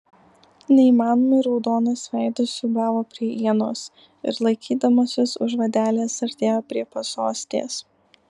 neįmanomai raudonas veidas siūbavo prie ienos ir laikydamasis už vadelės artėjo prie pasostės